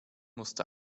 musste